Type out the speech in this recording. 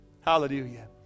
Hallelujah